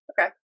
okay